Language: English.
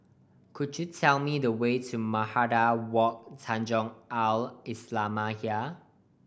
could you tell me the way to Madrasah Wak Tanjong Al Islamiah